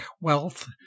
wealth